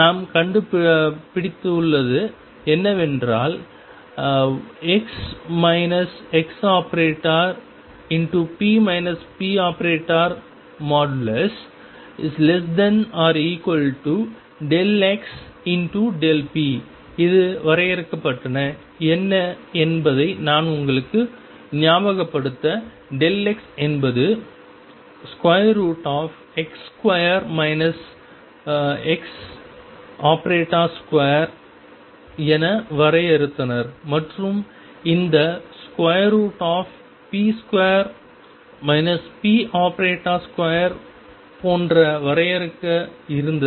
நாம் கண்டுபிடித்துள்ளது என்னவென்றால் ⟨x ⟨x⟩p ⟨p⟩⟩xp இது வரையறுக்கப்பட்டன என்ன என்பதை நான் உங்களுக்கு ஞாபகப்படுத்த x என்பது ⟨x2 ⟨x⟩2⟩ என வரையறுத்தனர் மற்றும் இந்த ⟨p2 ⟨p⟩2⟩ போன்ற வரையறுக்க இருந்தது